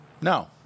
no